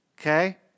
okay